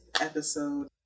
episode